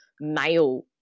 Male